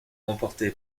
emporté